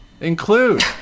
include